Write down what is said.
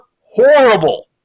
horrible